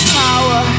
power